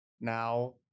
now